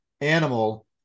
animal